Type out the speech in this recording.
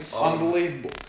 Unbelievable